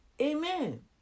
Amen